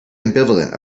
ambivalent